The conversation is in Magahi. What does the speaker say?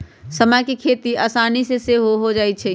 समा के खेती असानी से हो जाइ छइ